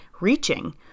reaching